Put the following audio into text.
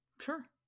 Sure